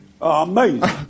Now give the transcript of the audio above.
Amazing